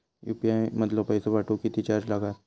UPI मधलो पैसो पाठवुक किती चार्ज लागात?